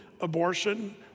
abortion